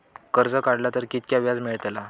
कर्ज काडला तर कीतक्या व्याज मेळतला?